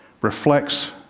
reflects